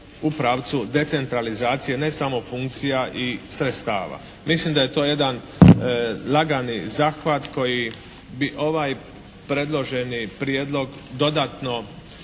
u pravcu decentralizacije ne samo funkcija i sredstava. Mislim da je to jedan lagani zahvat koji bi ovaj predloženi prijedlog dodatno